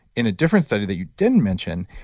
in a different study that you didn't mention,